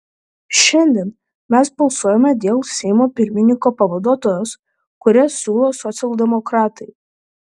šiandien mes balsuojame dėl seimo pirmininko pavaduotojos kurią siūlo socialdemokratai